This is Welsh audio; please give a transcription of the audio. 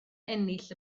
ennill